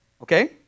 Okay